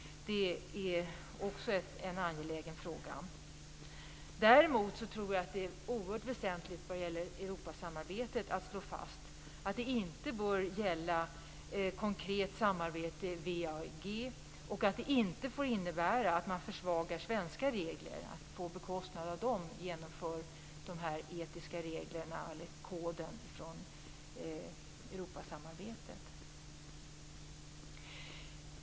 Det är också en angelägen fråga. Vad gäller Europasamarbetet tror jag däremot att det är oerhört väsentligt att slå fast att koden inte bör gälla konkret samarbete i WEAG, och att det inte får innebära att man försvagar svenska regler och på bekostnad av dem genomför de etiska reglerna eller koden från Europasamarbetet.